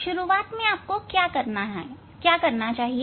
शुरुआत में आपको क्या करना चाहिए